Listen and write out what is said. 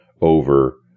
over